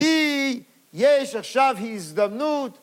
יש עכשיו הזדמנות